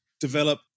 develop